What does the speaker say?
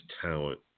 talent